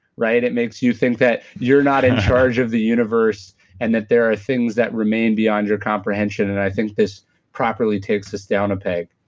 it makes you think that you're not in charge of the universe and that there are things that remain beyond your comprehension. and i think this properly takes us down a peg